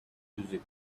music